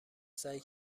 سعی